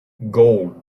gold